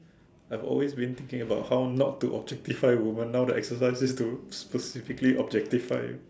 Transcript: I've always been thinking about how not to objectify women now the exercise is to specifically objectify